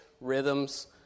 rhythms